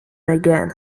again